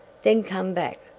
then come back.